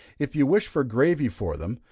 if you wish for gravy for them,